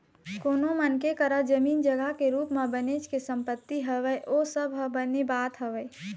कोनो मनखे करा जमीन जघा के रुप म बनेच के संपत्ति हवय ओ सब ह बने बात हवय